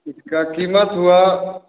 इसका कीमत हुआ